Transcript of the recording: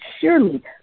Surely